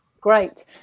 great